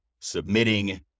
submitting